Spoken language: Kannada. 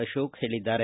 ಅಶೋಕ್ ಹೇಳಿದ್ದಾರೆ